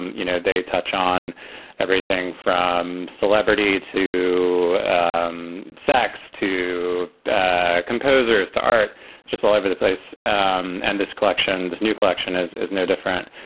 you know, they touch on everything from celebrity to um sex to ah composers to art just all over the place. and and this collection, this new collection is is no different.